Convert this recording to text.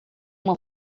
uma